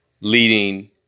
leading